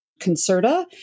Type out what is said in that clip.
Concerta